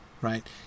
right